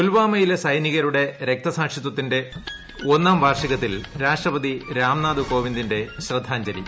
പുൽവാമയിലെ സൈനികരുടെ രക്തസാക്ഷിത്വത്തിന്റെ ഒന്നാം വാർഷികത്തിൽ രാഷ്ട്രപതി രാംനാഥ് കോവിന്ദിന്റെ ശ്രദ്ധാജ്ഞലി